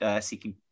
seeking